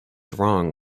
wrong